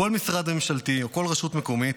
לכל משרד ממשלתי או לכל רשות מקומית.